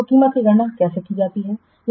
तो कीमत की गणना कैसे की जाती है